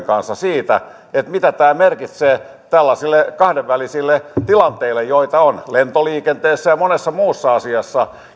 kanssa siitä mitä tämä merkitsee tällaisille kahdenvälisille tilanteille joita on lentoliikenteessä ja monessa muussa asiassa